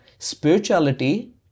Spirituality